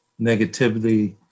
negativity